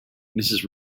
mrs